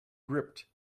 gripped